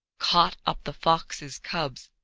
caught up the fox's cubs,